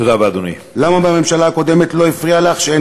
שמעתי את חברת הכנסת קארין